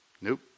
Nope